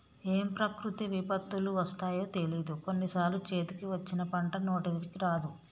ఏం ప్రకృతి విపత్తులు వస్తాయో తెలియదు, కొన్ని సార్లు చేతికి వచ్చిన పంట నోటికి రాదు